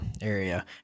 area